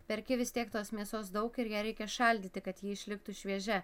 perki vis tiek tos mėsos daug ir ją reikia šaldyti kad ji išliktų šviežia